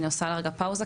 אני עושה לך רגע פאוזה,